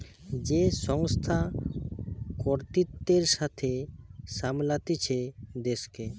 যে সংস্থা কর্তৃত্বের সাথে সামলাতিছে দেশকে